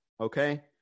okay